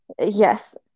Yes